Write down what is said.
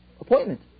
appointment